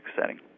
setting